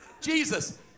Jesus